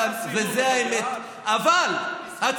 וזו האמת, חשבתי שאתה מתנגד לחסינות.